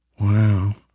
Wow